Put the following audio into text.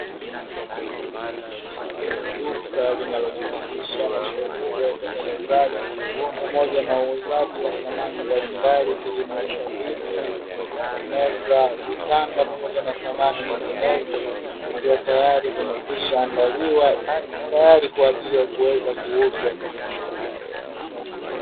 Duka linalo jihusisha na shughuli ya utengenezaji pamoja na uuzaji wa samani mbalimbali, ukijumuisha viti, meza, vitanda pamoja na samani nyinginezo, vikiwa tayari vimekwisha andaliwa tayari kwa ajili ya kuweza kuuzwa.